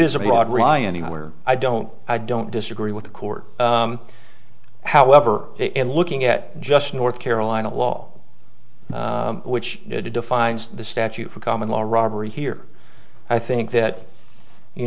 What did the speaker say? ryan where i don't i don't disagree with the court however in looking at just north carolina law which defines the statute for common law robbery here i think that you